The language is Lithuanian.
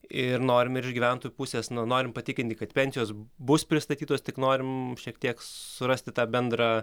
ir norime ir iš gyventojų pusės na norim patikinti kad pensijos bus pristatytos tik norim šiek tiek surasti tą bendrą